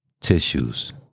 tissues